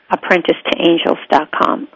ApprenticeToAngels.com